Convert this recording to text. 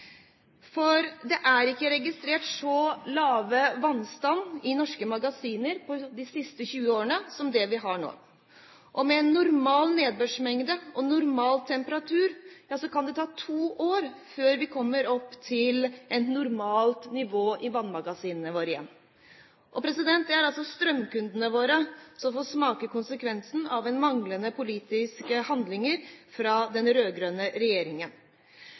For det er ikke registrert så lav vannstand i norske magasiner på de siste 20 årene som det vi har nå. Og med normal nedbørsmengde og normal temperatur kan det ta to år før vi kommer opp til et normalt nivå i vannmagasinene våre igjen. Det er strømkundene våre som får smake konsekvensen av manglende politiske handlinger fra den rød-grønne regjeringen.